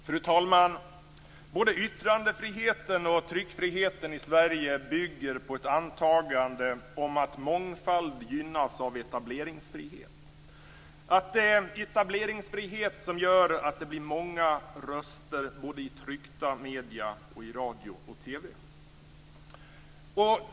Fru talman! Både yttrandefriheten och tryckfriheten i Sverige bygger på ett antagande om att mångfald gynnas av etableringsfrihet och att det är etableringsfrihet som gör att det blir många röster både i tryckta medier och i radio och TV.